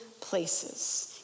places